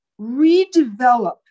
redevelop